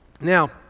Now